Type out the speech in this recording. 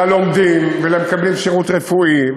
ללומדים ולמקבלים שירות רפואי,